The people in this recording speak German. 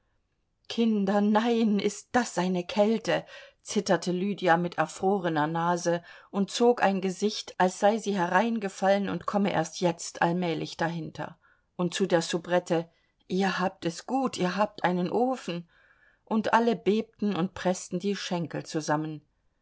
kinder nein ist das eine kälte zitterte lydia mit erfrorener nase und zog ein gesicht als sei sie hereingefallen und komme erst jetzt allmählich dahinter und zu der soubrette ihr habt es gut ihr habt einen ofen und alle bebten und preßten die schenkel zusammen